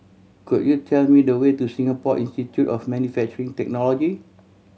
could you tell me the way to Singapore Institute of Manufacturing Technology